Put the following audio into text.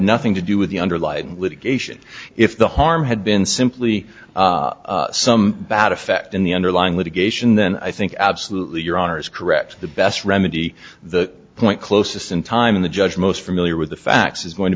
nothing to do with the underlying litigation if the harm had been simply some bad effect in the underlying litigation then i think absolutely your honor is correct the best remedy the point closest in time in the judge most familiar with the facts is going to